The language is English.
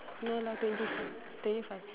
no lah twenty twenty five